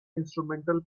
instrumental